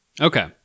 Okay